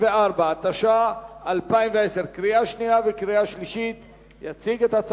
התש"ע 2010, נתקבל.